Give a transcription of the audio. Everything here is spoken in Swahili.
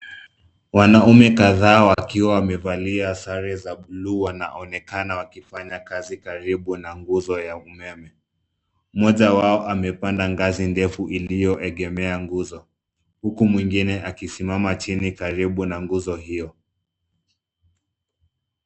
Wanaume kadhaa wakiwa wamevalia sare za bluu wanaonekana wakifanya kazi karibu na nguzo ya umeme. Mmoja wao amepanda ngazi ndefu iliyoegemea nguzo huku mwingine akisimama chini karibu na nguzo hio.